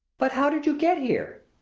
but how did you get here?